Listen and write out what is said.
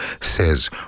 says